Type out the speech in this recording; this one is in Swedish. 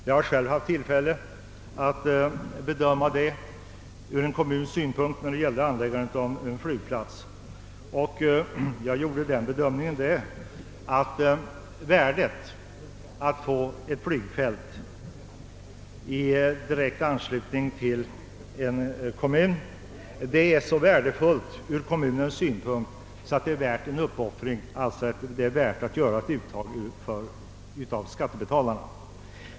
Jag har själv haft tillfälle att bedöma den frågan i en kommun. Enligt min bedömning är det så fördelaktigt för en kommun att få en flygplats i direkt anslutning att det är värt att göra ett uttag av skattebetalarna.